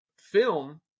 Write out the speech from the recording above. film